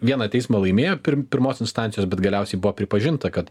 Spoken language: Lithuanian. vieną teismą laimėjo pirmos instancijos bet galiausiai buvo pripažinta kad